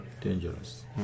Dangerous